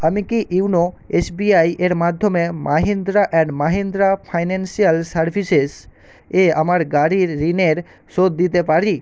আমি কি YONO S B I এর মাধ্যমে Mahindra and Mahindra financial services এ আমার গাড়ির ঋণের শোধ দিতে পারি